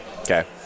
Okay